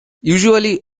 usually